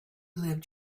lived